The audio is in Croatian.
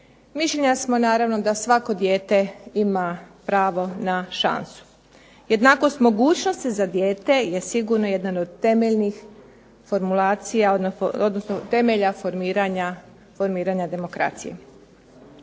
Mišljenja smo naravno da svako dijete ima pravo na šansu. Jednakost mogućnosti za dijete je sigurno jedan od temeljnih formulacija,